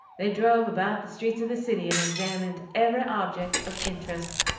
they drove about the streets of the city, and examined every object of interest.